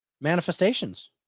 Manifestations